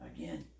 Again